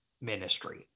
ministry